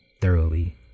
thoroughly